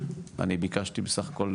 אני ביקשתי בסך הכול,